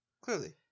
Clearly